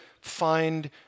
find